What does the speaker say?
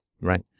right